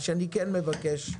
מה שאני כן מבקש ממך,